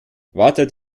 wartet